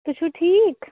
تُہۍ چھُو ٹھیٖک